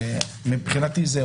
משרד הפנים?